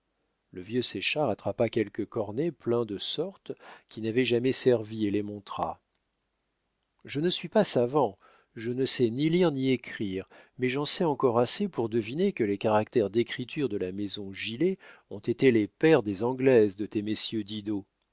le vieux séchard attrapa quelques cornets pleins de sortes qui n'avaient jamais servi et les montra je ne suis pas savant je ne sais ni lire ni écrire mais j'en sais encore assez pour deviner que les caractères d'écriture de la maison gillé ont été les pères des anglaises de